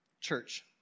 Church